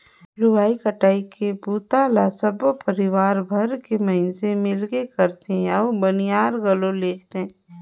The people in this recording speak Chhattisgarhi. लुवई कटई के बूता ल सबो परिवार भर के मइनसे मिलके करथे अउ बनियार घलो लेजथें